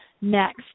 next